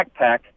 backpack